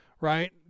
right